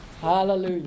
Hallelujah